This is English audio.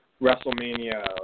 WrestleMania